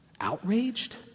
Outraged